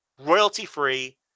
royalty-free